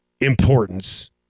importance